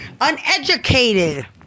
uneducated